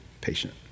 patient